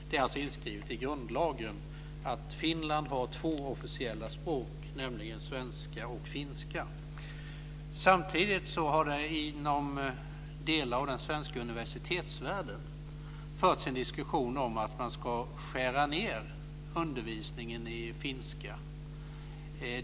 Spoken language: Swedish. Det är alltså inskrivet i grundlagen att Finland har två officiella språk, nämligen svenska och finska. Samtidigt har det inom delar av den svenska universitetsvärlden förts en diskussion om att man ska skära ned undervisningen i finska.